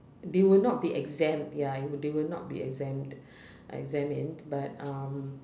they will not be exam ya they will they will not be exam examined but um